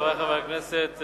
חברי חברי הכנסת,